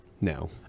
No